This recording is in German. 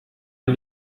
ein